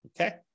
Okay